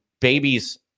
babies